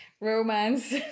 romance